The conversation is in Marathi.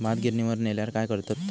भात गिर्निवर नेल्यार काय करतत?